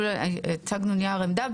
הצגנו נייר עמדה.